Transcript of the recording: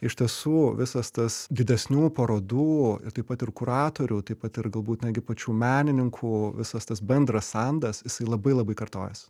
iš tiesų visas tas didesnių parodų taip pat ir kuratorių taip pat ir galbūt netgi pačių menininkų visas tas bendras sandas jisai labai labai kartojas